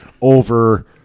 over